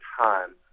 time